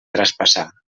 traspassar